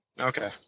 Okay